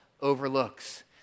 overlooks